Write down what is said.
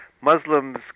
Muslims